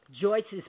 Joyce's